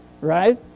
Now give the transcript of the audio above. Right